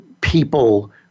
people